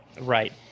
right